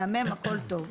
מהמם הכול טוב.